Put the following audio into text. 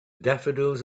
daffodils